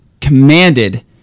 commanded